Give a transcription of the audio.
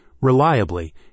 reliably